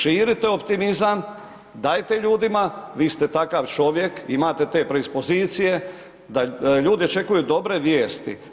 Širite optimizam, dajte ljudima, vi ste takav čovjek, imate te predispozicije, da, da ljude očekuju dobre vijesti.